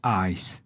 eyes